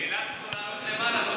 נאלצנו לעלות למעלה.